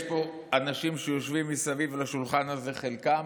יש פה אנשים שיושבים מסביב לשולחן הזה, וחלקם,